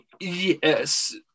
Yes